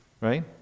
Right